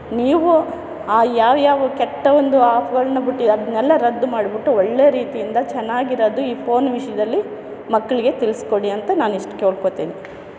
ನೀವು ಆ ಯಾವ್ಯಾವ ಕೆಟ್ಟ ಒಂದು ಆಪ್ಗಳನ್ನು ಬಿಟ್ಟಿದ್ದಾರೆ ಅದನ್ನೆಲ್ಲ ರದ್ದು ಮಾಡ್ಬಿಟ್ಟು ಒಳ್ಳೆ ರೀತಿಯಿಂದ ಚೆನ್ನಾಗಿರೋದು ಈ ಫೋನ್ ವಿಷಯದಲ್ಲಿ ಮಕ್ಕಳಿಗೆ ತಿಳ್ಸಿಕೊಡಿ ಅಂತ ನಾನು ಇಷ್ಟು ಕೇಳ್ಕೊಳ್ತೀನಿ